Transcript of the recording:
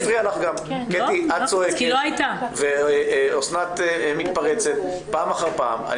את צועקת ואוסנת מתפרצת פעם אחר פעם.